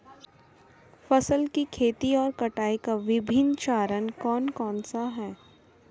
फसल की खेती और कटाई के विभिन्न चरण कौन कौनसे हैं?